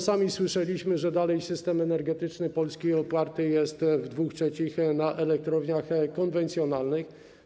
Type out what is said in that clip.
Sami słyszeliśmy, że dalej system energetyczny Polski oparty jest w 2/3 na elektrowniach konwencjonalnych.